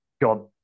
God